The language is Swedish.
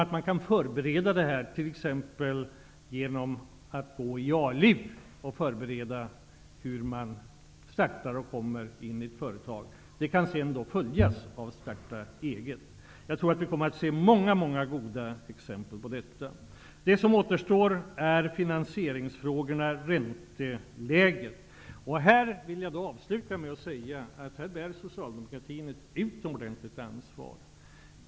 Det kan sedan följas av starta-eget-bidraget i Arbetsmarknadsverket, som vi bygger ut och förstärker ordentligt. Jag tror att vi kommer att se många goda exempel på detta. Det som återstår är finansieringsfrågorna, ränteläget. Jag vill avsluta med att säga att socialdemokratin här bär ett utomordentligt stort ansvar.